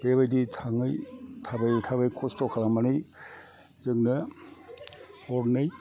बेबायदि थाङै थाबायै थाबायै खष्ट खालामनानै जोंनो हरनै